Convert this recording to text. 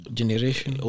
generation